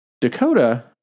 Dakota